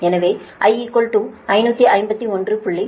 எனவே I 551